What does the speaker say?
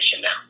now